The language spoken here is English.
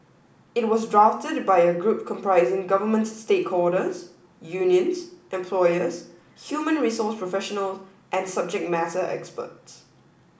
it was drafted by a group comprising government stakeholders unions employers human resource professional and subject matter experts